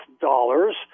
dollars